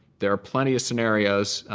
there are plenty of scenarios,